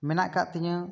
ᱢᱮᱱᱟᱜ ᱟᱠᱟᱫ ᱛᱤᱧᱟᱹ